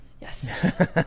Yes